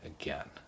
again